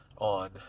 on